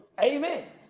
Amen